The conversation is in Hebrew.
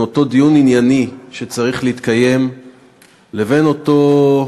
אותו דיון ענייני שצריך להתקיים לבין אותו,